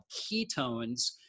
ketones